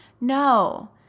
No